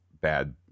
bad